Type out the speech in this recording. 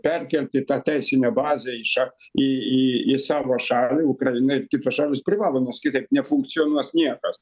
perkelti tą teisinę bazę į ša į į į savo šalį ukraina ir kitos šalys privalo nes kitaip nefunkcionuos niekas